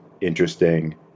interesting